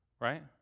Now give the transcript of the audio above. right